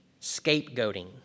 scapegoating